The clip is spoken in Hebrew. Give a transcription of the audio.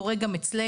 קורה גם אצלנו,